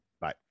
Bye